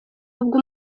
ubwo